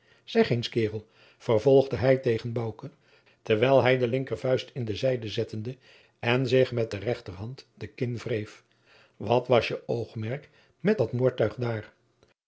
zeg eens kaerel vervolgde hij tegen bouke terwijl hij de linkervuist in de zijde zettede en zich met de rechterhand de kin wreef wat was je oogmerk met dat moordtuig daar